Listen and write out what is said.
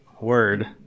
word